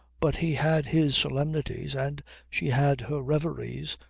but he had his solemnities and she had her reveries,